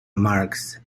marx